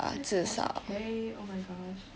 that's forty K oh my gosh